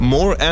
More